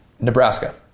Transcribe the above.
Nebraska